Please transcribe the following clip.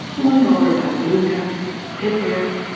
won over by blue notes, hip riffs,